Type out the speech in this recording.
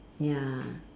ya